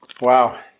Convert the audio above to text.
wow